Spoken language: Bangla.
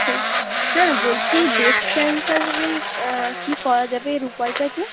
হ্যাঁ হ্যাঁ বলছি ব্রেস্ট ক্যানসার হলে কী করা যাবে এর উপায়টা কী